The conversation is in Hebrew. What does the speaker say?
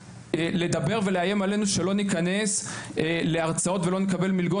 לדבר ולאיים עלינו שלא ניכנס להרצאות ולא נקבל מלגות,